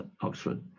Oxford